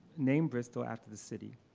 named bristol after the city,